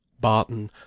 Barton